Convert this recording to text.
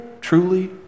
truly